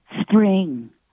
spring